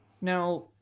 Now